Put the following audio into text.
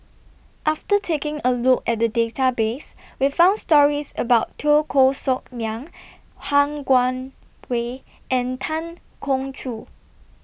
after taking A Look At The Database We found stories about Teo Koh Sock Miang Han Guangwei and Tan Keong Choon